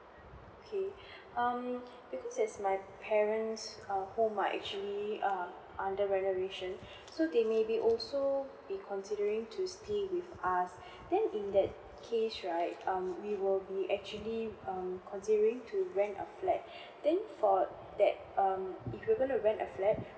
okay um because It's my parents uh home uh actually err under renovation so they maybe also be considering to stay with us then in that case right um we will be actually um considering to rent a flat then for that um if we're gonna rent a flat